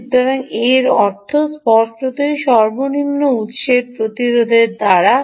সুতরাং এর অর্থও স্পষ্টতই সর্বনিম্ন উত্স প্রতিরোধের সাথে